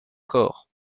corps